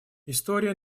история